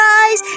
eyes